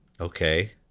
okay